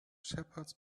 shepherds